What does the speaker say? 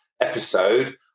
episode